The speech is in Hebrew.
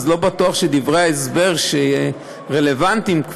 לא בטוח שדברי ההסבר עדיין רלוונטיים,